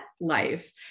life